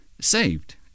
saved